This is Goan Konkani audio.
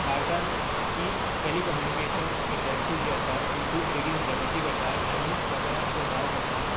भारतांत जी टॅली कम्युनिकेशन इन्डस्ट्री जी आसा ती खूब बेगीन प्रगती करता आनी जगांत आपलो नांव करता